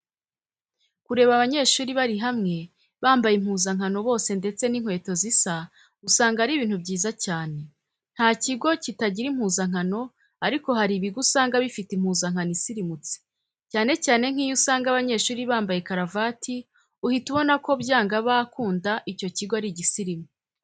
Kureba abanyeshuri bari hamwe, bambaye impuzankano bose ndetse n'inkweto zisa usanga ari ibintu byiza cyane. Nta kigo kitagira impuzankano ariko hari ibigo usanga bifite impuzankano isirimutse, cyane cyane nk'iyo usanga abanyeshuri bambaye karavati uhita ubona ko byanga bakunda icyo kigo ari igisirimu.